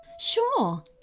Sure